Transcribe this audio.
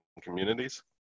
communities